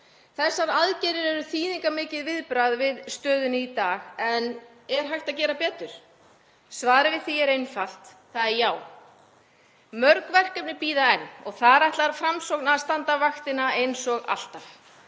Þessar aðgerðir eru þýðingarmikið viðbragð við stöðunni í dag en er hægt að gera betur? Svarið við því er einfalt, það er já. Mörg verkefni bíða enn og þar ætlar Framsókn að standa vaktina eins og alltaf.